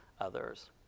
others